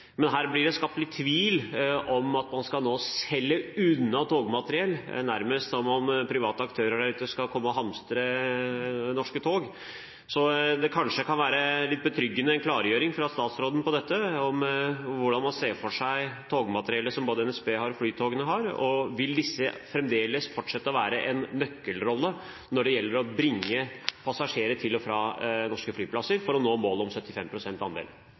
Men her blir det skapt litt tvil om man nå skal selge unna togmateriell, nærmest som om private aktører der ute skal komme og hamstre norske tog. Så kanskje kan det være litt betryggende med en klargjøring fra statsråden om dette, om hvordan man ser for seg togmateriellet som både NSB og Flytoget har, og om disse vil fortsette å ha en nøkkelrolle når det gjelder å bringe passasjerer til og fra norske flyplasser for å nå målet om